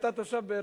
אתה תושב באר-שבע,